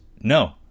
no